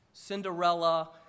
Cinderella